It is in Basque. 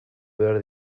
behar